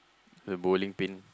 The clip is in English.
the bowling pin